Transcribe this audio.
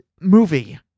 movie